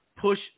push